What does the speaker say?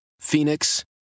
Phoenix